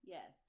Yes